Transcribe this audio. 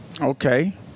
Okay